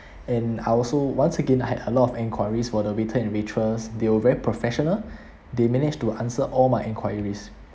and I also once again I had a lot of enquiries for the waiter and waitress they were very professional they managed to answer all my enquiries